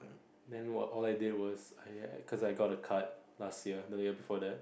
then what all I did was I I cause I got a card last year the year before that